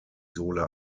sohle